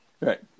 Right